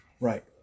Right